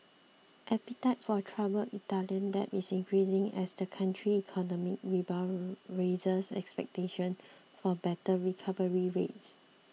appetite for troubled Italian debt is increasing as the country's economic rebound raises expectations for better recovery rates